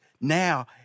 now